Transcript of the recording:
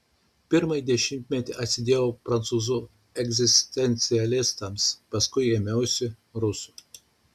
pirmąjį dešimtmetį atsidėjau prancūzų egzistencialistams paskui ėmiausi rusų